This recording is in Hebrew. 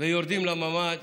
ויורדים לממ"ד,